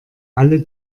alle